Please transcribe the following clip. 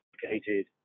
complicated